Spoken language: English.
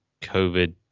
COVID